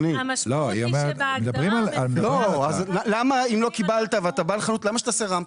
אך לא קיבלת ואתה בא לחנות, למה שתעשה רמפה?